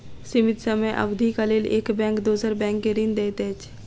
सीमित समय अवधिक लेल एक बैंक दोसर बैंक के ऋण दैत अछि